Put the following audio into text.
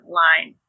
line